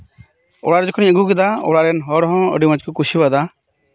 ᱚᱲᱟᱜ ᱨᱮ ᱡᱚᱠᱷᱚᱱᱤᱧ ᱟᱹᱜᱩ ᱠᱮᱫᱟ ᱚᱲᱟᱜ ᱨᱮᱱ ᱦᱚᱲ ᱦᱚᱸ ᱟᱹᱰᱤ ᱢᱚᱸᱡᱽ ᱠᱚ ᱠᱩᱥᱤ ᱟᱠᱟᱫᱟ